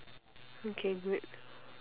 okay good